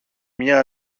μια